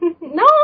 no